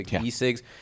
e-cigs